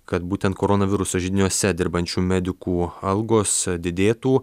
kad būtent koronaviruso židiniuose dirbančių medikų algos didėtų